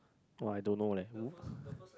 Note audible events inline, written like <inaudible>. !wah! I don't know leh !woo! <breath>